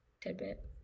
tidbit